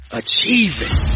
achieving